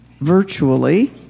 virtually